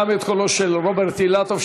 גם את קולו של רוברט אילטוב,